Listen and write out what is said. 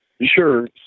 Sure